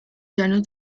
llanos